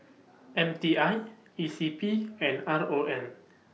M T I E C P and R O M